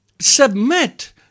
Submit